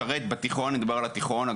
דבר נכון,